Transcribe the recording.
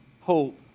hope